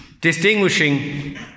distinguishing